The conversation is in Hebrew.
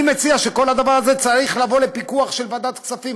אני מציע שכל הדבר הזה יבוא לפיקוח של ועדת הכספים.